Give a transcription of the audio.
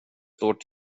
står